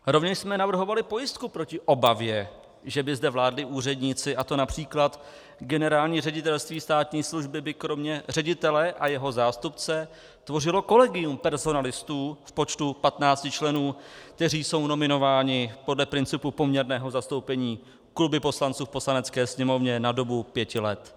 Rovněž jsme navrhovali pojistku proti obavě, že by zde vládli úředníci, a to například Generální ředitelství státní služby by kromě ředitele a jeho zástupce tvořilo kolegium personalistů v počtu 15 členů, kteří jsou nominováni podle principu poměrného zastoupení kluby poslanců v Poslanecké sněmovně na dobu 5 let.